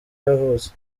yavutse